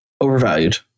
Overvalued